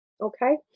Okay